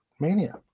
Mania